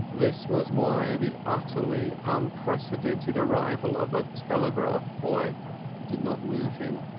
this was why the utterly unprecedented arrival of a telegraph boy did not move him.